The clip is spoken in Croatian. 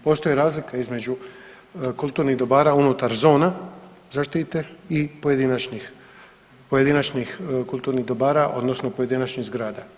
Postoji razlika između kulturnih dobara unutar zona zaštite i pojedinačnih, pojedinačnih kulturnih dobara odnosno pojedinačnih zgrada.